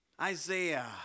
Isaiah